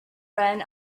run